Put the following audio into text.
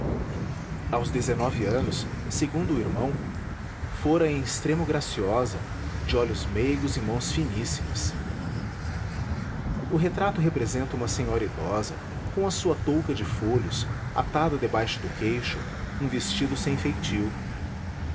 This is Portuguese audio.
aos dezenove anos segundo o irmão fora em extremo graciosa de olhos meigos e mãos finíssimas o retrato representa uma senhora idosa com a sua touca de folhos atada debaixo do queixo um vestido sem feitio